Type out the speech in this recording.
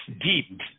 deep